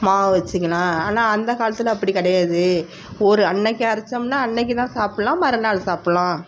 மாவு வச்சுக்கலாம் ஆனால் அந்த காலத்தில் அப்படி கிடையாது ஒரு அன்றைக்கு அரைச்சமுன்னா அன்றைக்கு தான் சாப்பிட்லாம் மறுநாள் சாப்பிட்லாம்